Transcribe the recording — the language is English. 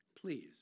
Please